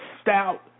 stout